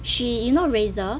she you know razor